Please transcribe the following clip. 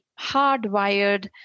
hardwired